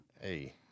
Hey